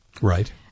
Right